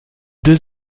deux